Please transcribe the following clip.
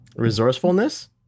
Resourcefulness